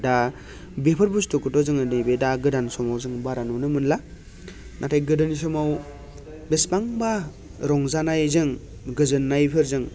दा बेफोर बुस्थुखौथ' जोङो नैबे दा गोदान समाव जों बारा नुनो मोनला नाथाय गोदोनि समाव बेसेबांबा रंजानायजों गोजोननायफोरजों